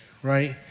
Right